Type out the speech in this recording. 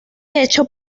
hecho